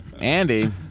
Andy